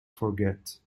forget